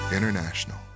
International